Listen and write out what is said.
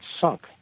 sunk